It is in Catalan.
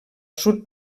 sud